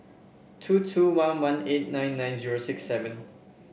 two two one one eight nine nine zero six seven